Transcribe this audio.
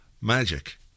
Magic